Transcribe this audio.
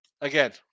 again